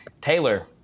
Taylor